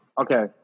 okay